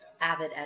Avid